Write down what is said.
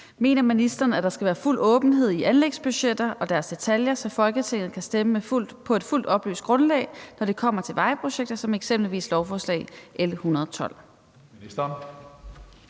Mener ministeren, at der skal være fuld åbenhed i anlægsbudgetter og deres detaljer, så Folketinget kan stemme på et fuldt oplyst grundlag, når det kommer til vejprojekter, som eksempelvis lovforslag nr.